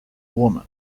woman